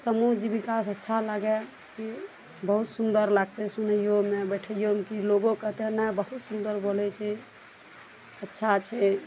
समूह जीबिका सऽ अच्छा लागए की बहुत सुन्दर लागतै सुनैयोमे बैठैयोमे की लोगो कहतै नहि बहुत सुन्दर बोलै छै अच्छा छै